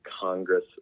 Congress